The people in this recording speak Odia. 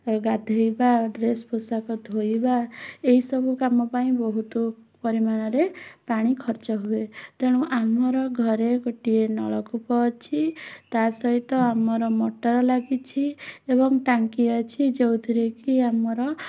ଗାଧୋଇବା ଡ୍ରେସ୍ ପୋଷାକ ଧୋଇବା ଏହି ସବୁ କାମ ପାଇଁ ବହୁତ ପରିମାଣରେ ପାଣି ଖର୍ଚ୍ଚ ହୁଏ ତେଣୁ ଆମର ଘରେ ଗୋଟିଏ ନଳକୂପ ଅଛି ତା' ସହିତ ଆମର ମୋଟର୍ ଲାଗିଛି ଏବଂ ଟାଙ୍କି ଅଛି ଯେଉଁଥିରେକି ଆମର